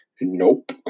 Nope